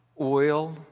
oil